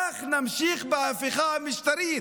וכך נמשיך בהפיכה המשטרית.